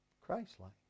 Christ-like